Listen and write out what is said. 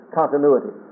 continuity